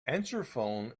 answerphone